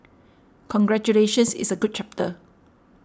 congratulations it's a good chapter